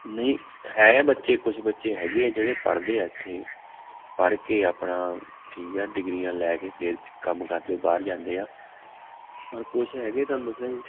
ਨਹੀਂ ਹੈ ਬੱਚੇ ਕੁਛ ਬੱਚੇ ਹੈਗੇ ਆ ਜਿਹੜੇ ਪੜ੍ਹਦੇ ਆ ਇੱਥੇ ਪੜ੍ਹ ਕੇ ਆਪਣਾ ਠੀਕ ਆ ਡਿਗਰੀਆਂ ਲੈ ਕੇ ਫਿਰ ਕੰਮ ਕਰਦੇ ਬਾਹਰ ਜਾਂਦੇ ਆ ਔਰ ਕੁਛ ਹੈਗੇ ਤਾਂ ਲੁਤਰੇ